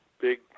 big